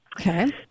Okay